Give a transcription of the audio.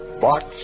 Box